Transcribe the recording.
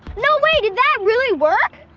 no way, did that really work?